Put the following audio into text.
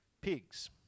pigs